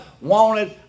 wanted